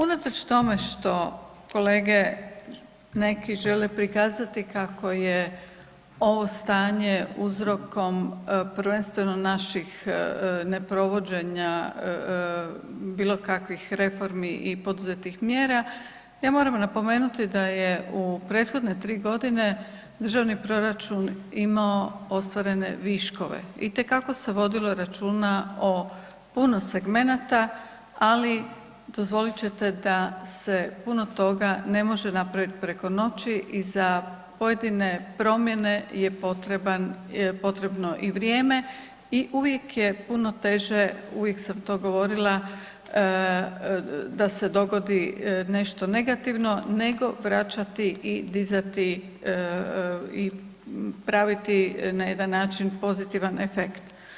Unatoč tome što kolege neki žele prikazati kako je ovo stanje uzrokom prvenstveno naših neprovođenja bilokakvih reformi i poduzetih mjera, ja moram napomenuti da je u prethodne 3 g. državni proračun imao ostvarene viškove, itekako se vodilo računa o puno segmenata, ali dozvolit ćete da se puno toga ne može napraviti preko noći i za pojedine promjene je potrebno i vrijeme i uvijek je puno teže, uvijek sam to govorila da se dogodi nešto negativno nego vraćati i dizati i praviti na jedan način pozitivan efekt.